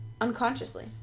unconsciously